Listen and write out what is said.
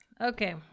Okay